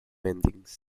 endings